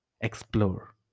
Explore